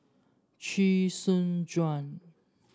Chee Soon Juan